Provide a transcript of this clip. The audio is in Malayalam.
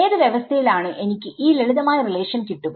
ഏത് വ്യവസ്തയിൽ ആണ് എനിക്ക് ഈ ലളിതമായ റിലേഷൻ കിട്ടുക